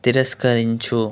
తిరస్కరించు